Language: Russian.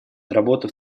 работу